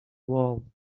wall